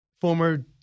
former